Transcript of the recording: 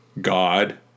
God